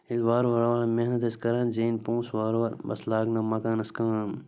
ییٚلہِ وارٕ وارٕ محنت ٲسۍ کران زیٖنۍ پونٛسہٕ وارٕ وارٕ بَس لاگنٲو مکانَس کٲم